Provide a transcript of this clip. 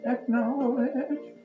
Acknowledge